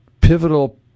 pivotal